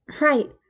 Right